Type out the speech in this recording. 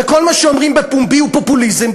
וכל מה שאומרים בפומבי הוא פופוליזם,